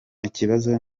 ikibazo